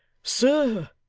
sir,